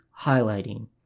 highlighting